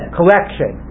collection